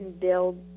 build